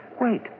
Wait